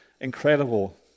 incredible